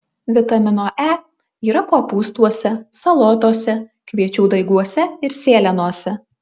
vitamino e yra kopūstuose salotose kviečių daiguose ir sėlenose